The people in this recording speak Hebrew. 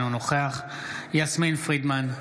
אינו נוכח יסמין פרידמן,